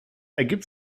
ergibt